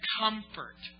comfort